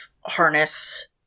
harness